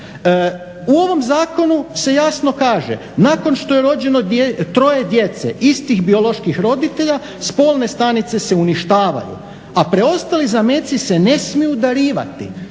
U ovom zakonu se jasno kaže, nakon što je rođeno troje djece istih bioloških roditelja spolne stanice se uništavaju, a preostali zameci se ne smiju darivati.